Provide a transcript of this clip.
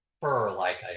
fur-like